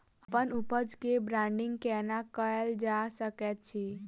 अप्पन उपज केँ ब्रांडिंग केना कैल जा सकैत अछि?